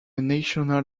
national